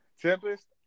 Tempest